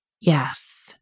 Yes